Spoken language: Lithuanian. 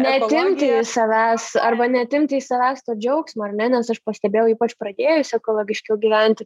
neatimti iš savęs arba neatimti iš savęs to džiaugsmo ar ne nes aš pastebėjau ypač pradėjus ekologiškiau gyventi